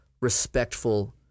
respectful